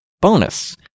Bonus